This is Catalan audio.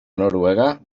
noruega